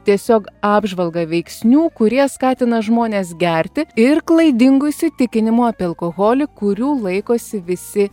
tiesiog apžvalga veiksnių kurie skatina žmones gerti ir klaidingų įsitikinimų apie alkoholį kurių laikosi visi